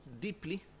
deeply